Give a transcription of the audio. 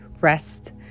rest